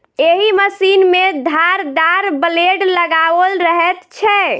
एहि मशीन मे धारदार ब्लेड लगाओल रहैत छै